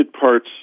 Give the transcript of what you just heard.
parts